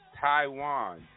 Taiwan